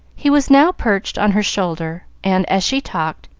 he was now perched on her shoulder, and, as she talked,